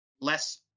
less